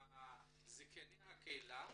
זקני הקהילה,